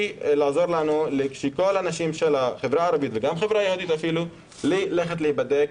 לעזור לנו שכל הנשים של החברה הערבית וגם החברה היהודית ילכו להיבדק